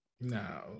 no